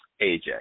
AJ